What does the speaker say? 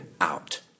out